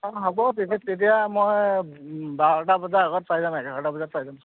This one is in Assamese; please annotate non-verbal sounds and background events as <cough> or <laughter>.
অঁ হ'ব <unintelligible> তেতিয়া মই বাৰটা বজাৰ আগত পাই যাম এঘাৰটা বজাত পাই যাম